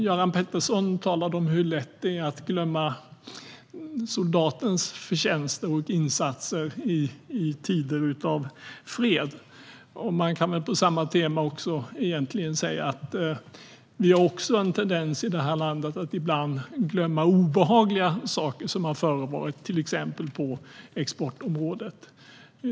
Göran Pettersson talade om hur lätt det är att glömma soldatens förtjänster och insatser i tider av fred. Man kan väl på samma tema säga att vi också har en tendens i det här landet att ibland glömma obehagliga saker som har förevarit, till exempel på exportområdet.